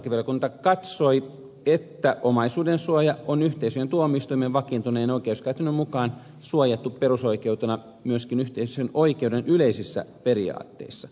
perustuslakivaliokunta katsoi että omaisuuden suoja on yhteisöjen tuomioistuimen vakiintuneen oikeuskäytännön mukaan suojattu perusoikeutena myöskin yhteisön oikeuden yleisissä periaatteissa